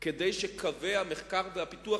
כדי שקווי המחקר והפיתוח,